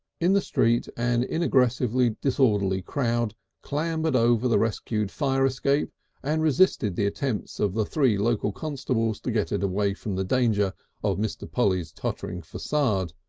in the street an inaggressively disorderly crowd clambered over the rescued fire escape and resisted the attempts of the three local constables to get it away from the danger of mr. polly's tottering facade,